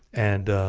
and